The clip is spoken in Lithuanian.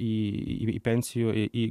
į pensijų į